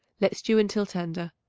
let stew until tender.